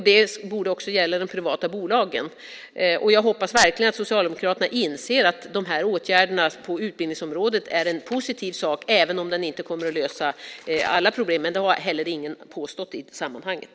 Det borde också gälla i de privata bolagen. Jag hoppas verkligen att Socialdemokraterna inser att de här åtgärderna på utbildningsområdet är en positiv sak, även om de inte kommer att lösa alla problem. Men det är det heller ingen som har påstått i sammanhanget.